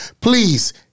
please